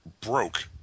broke